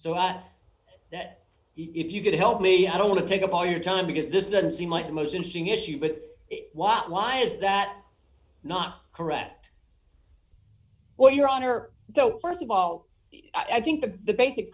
so i that if you could help me i don't want to take up all your time because this isn't seem like the most interesting issue but why why is that not correct well your honor so st of all i think the basic